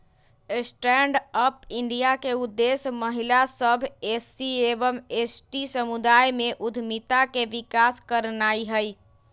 stand up India के उद्देश्य महिला सभ, एस.सी एवं एस.टी समुदाय में उद्यमिता के विकास करनाइ हइ